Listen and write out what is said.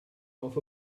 off